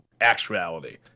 actuality